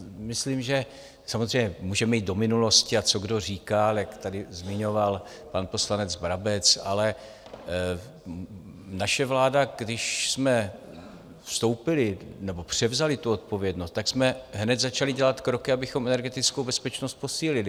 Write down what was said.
Myslím, že samozřejmě můžeme jít do minulosti a co kdo říkal, jak tady zmiňoval pan poslanec Brabec, ale naše vláda, když jsme vstoupili nebo převzali tu odpovědnost, tak jsme hned začali dělat kroky, abychom energetickou bezpečnost posílili.